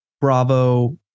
Bravo